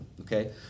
Okay